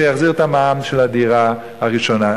שיחזיר את המע"מ של הדירה הראשונה.